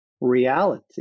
reality